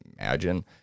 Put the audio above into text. imagine